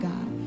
God